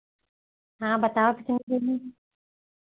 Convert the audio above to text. हाँ बताओ तो क्या चाहिए